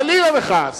חלילה וחס,